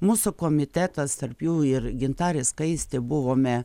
mūsų komitetas tarp jų ir gintarė skaistė buvome